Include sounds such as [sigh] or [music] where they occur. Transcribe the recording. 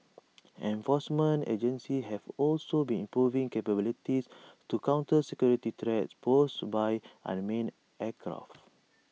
[noise] enforcement agencies have also been improving capabilities to counter security threats posed by unmanned aircraft